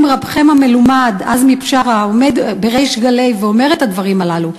אם רבכם המלומד עזמי בשארה עומד ובריש גלי אומר את הדברים הללו,